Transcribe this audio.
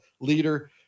leader